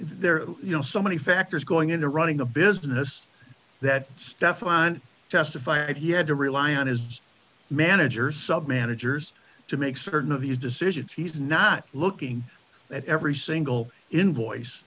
are you know so many factors going into running a business that stefan testify and he had to rely on his managers sub managers to make certain of these decisions he's not looking at every single invoice